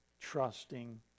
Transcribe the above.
trusting